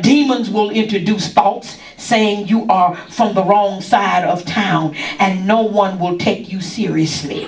demons will introduce spots saying you are from the wrong side of town and no one wanted you seriously